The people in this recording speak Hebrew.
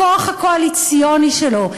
בכוח הקואליציוני שלו,